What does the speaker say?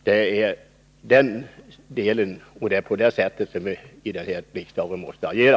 Det är på det sättet som riksdagen måste agera.